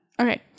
Okay